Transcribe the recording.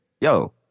yo